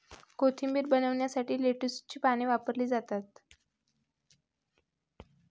कोशिंबीर बनवण्यासाठी लेट्युसची पाने वापरली जातात